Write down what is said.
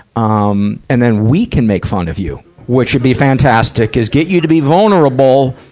um and then we can make fun of you, which would be fantastic, is get you to be vulnerable,